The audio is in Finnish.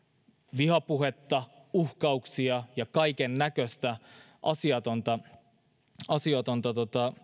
vihapuhetta uhkauksia ja kaikennäköistä asiatonta asiatonta